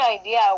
idea